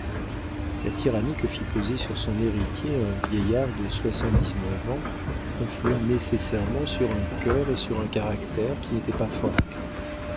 la tyrannie que fit peser sur son héritier un vieillard de soixante-dix-neuf ans influa nécessairement sur un cœur et sur un caractère qui n'étaient pas formés